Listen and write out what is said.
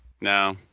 No